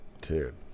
Dude